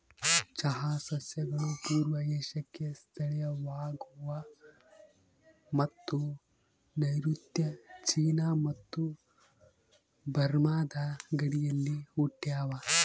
ಚಹಾ ಸಸ್ಯಗಳು ಪೂರ್ವ ಏಷ್ಯಾಕ್ಕೆ ಸ್ಥಳೀಯವಾಗವ ಮತ್ತು ನೈಋತ್ಯ ಚೀನಾ ಮತ್ತು ಬರ್ಮಾದ ಗಡಿಯಲ್ಲಿ ಹುಟ್ಟ್ಯಾವ